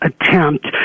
attempt